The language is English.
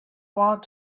want